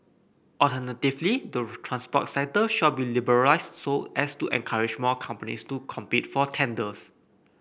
alternatively the transport sector shall be liberalised so as to encourage more companies to compete for tenders